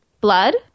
blood